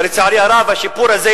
אבל לצערי הרב השיפור הזה,